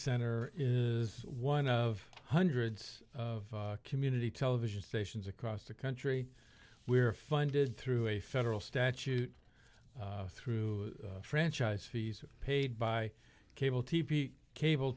center is one of hundreds of community television stations across the country we are funded through a federal statute through franchise fees paid by cable t v cable